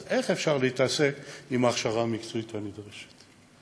אז איך אפשר להתעסק בהכשרה המקצועית הנדרשת?